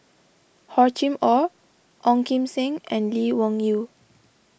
Hor Chim or Ong Kim Seng and Lee Wung Yew